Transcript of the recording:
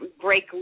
break